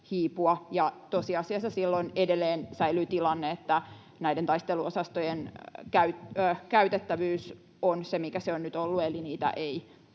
ja tosiasiassa silloin edelleen säilyy tilanne, että näiden taisteluosastojen käytettävyys on se, mikä se on nyt ollut, eli niitä ei